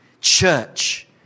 church